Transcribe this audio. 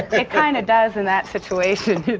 it kind of does in that situation,